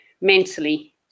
mentally